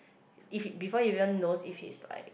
if you before you won't know if it like